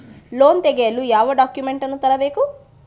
Loan ತೆಗೆಯಲು ಯಾವ documents ಅನ್ನು ತರಬೇಕು?